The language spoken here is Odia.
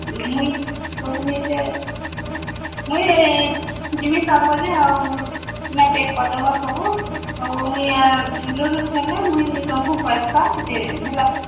ମୁଇଁ କହେମି ଯେ ମୁଇଁ ଯିମି ସାତ୍ ବଜେ ଆଉ ତୁମେ ପେକ୍ କରିଦବ ସବୁ ଆଉ ମୁଇଁ ବେଙ୍ଗଲୋର୍ରୁ ଫିର୍ଲେ ମୁଇଁ ତମ୍କୁ ପଏସା ଦେଇଦେମି ହେଲା